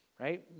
right